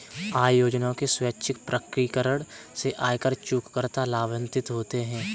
आय योजना के स्वैच्छिक प्रकटीकरण से आयकर चूककर्ता लाभान्वित होते हैं